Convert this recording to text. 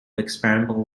experimental